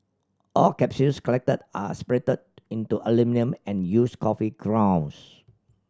all capsules collected are separated into aluminium and used coffee grounds